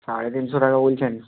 সাড়ে তিনশো টাকা বলছেন